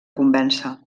convèncer